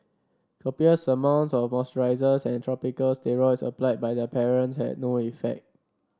copious amounts of moisturisers and topical steroids applied by the parents had no effect